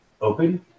open